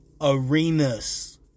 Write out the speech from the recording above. arenas